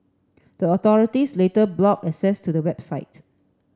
the authorities later blocked access to the website